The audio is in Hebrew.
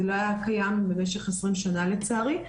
זה לא היה קיים במשך 20 שנה לצערי,